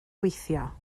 weithio